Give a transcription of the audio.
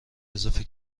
اضافه